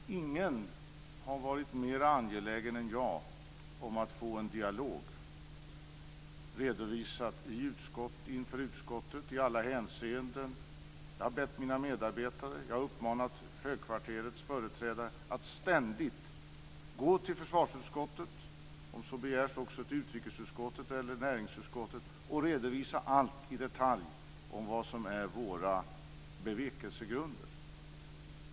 Fru talman! Ingen har varit mer angelägen än jag om att få en dialog och redovisa detta i utskottet i alla hänseenden. Jag har bett mina medarbetare, och jag har uppmanat högkvarterets företrädare, att ständigt gå till försvarsutskottet - om så begärs också till utrikesutskottet eller näringsutskottet - och redovisa allt i detalj om vad som är våra bevekelsegrunder.